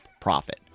profit